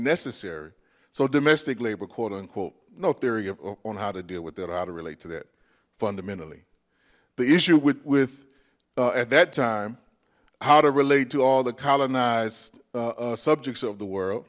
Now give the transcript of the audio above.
necessary so domestic labor quote unquote no theory on how to deal with that ah to relate to that fundamentally the issue with with at that time how to relate to all the colonized subjects of the world